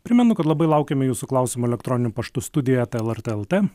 primenu kad labai laukiame jūsų klausimų elektroniniu paštu studija eta lrt lt